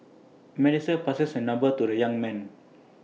Melissa passes her number to the young man